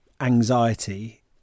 anxiety